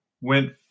went